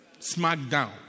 Smackdown